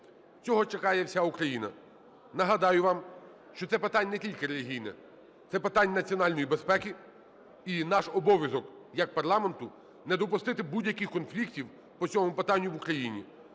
Цього чекає вся Україна. Нагадаю вам, що це питання не тільки релігійне, це питання національної безпеки. І наш обов'язок як парламенту не допустити будь-яких конфліктів по цьому питанню в Україні.